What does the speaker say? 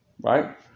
right